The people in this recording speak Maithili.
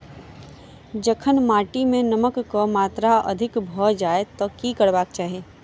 जखन माटि मे नमक कऽ मात्रा अधिक भऽ जाय तऽ की करबाक चाहि?